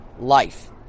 life